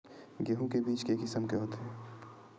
गेहूं के बीज के किसम के होथे?